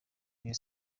rayon